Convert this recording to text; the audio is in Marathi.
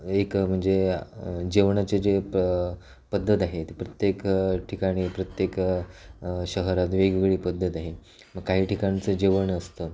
एक म्हणजे जेवणाची जे प पद्धत आहे ते प्रत्येक ठिकाणी प्रत्येक शहरात वेगवेगळी पद्धत आहे मग काही ठिकाणचं जेवण असतं